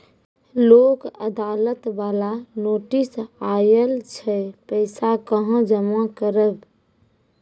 लोक अदालत बाला नोटिस आयल छै पैसा कहां जमा करबऽ?